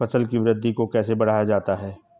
फसल की वृद्धि को कैसे बढ़ाया जाता हैं?